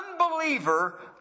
unbeliever